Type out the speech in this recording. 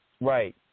Right